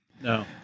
No